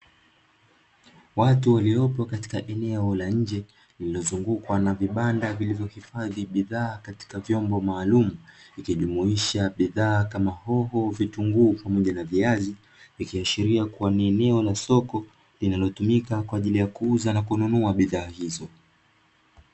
Watu waliopo katika eneo la nje lililozungukwa na vibanda vilivohifadhi bidhaa katika vyombo maalum ikijumuisha bidhaa kama hoho, vitunguu pamoja na viazi. Vikiashiri kuwa ni eneo la soko linalotumika kwa ajili ya kuuza na kununua bidhaa hizo.